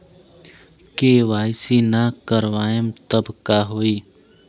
KYC ना करवाएम तब का होई?